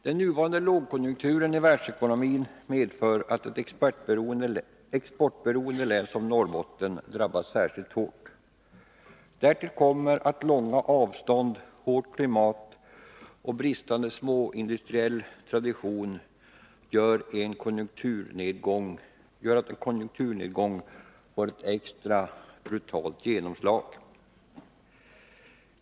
Den nuvarande lågkonjunkturen i världsekonomin medför att ett exportberoende län som Norrbotten drabbas särskilt hårt. Därtill kommer att långa avstånd, hårt klimat och bristande småindustriell tradition gör att en konjunkturnedgång får ett extra brutalt genomslag.